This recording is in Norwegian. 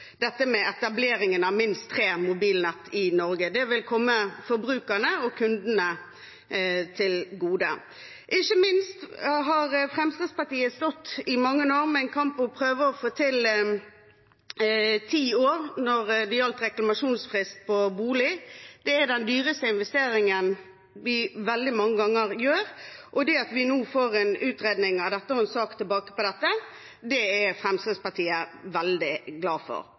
dette med etableringen av minst tre mobilnett i Norge. Det vil komme forbrukerne og kundene til gode. Ikke minst har Fremskrittspartiet i mange år kjempet for å prøve å få til ti år når det gjelder reklamasjonsfrist på bolig. Det er veldig mange ganger den dyreste investeringen vi gjør, og det at vi nå får en utredning av dette – og en sak tilbake om dette – er Fremskrittspartiet veldig glad for.